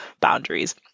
boundaries